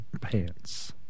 pants